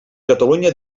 catalunya